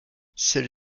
celle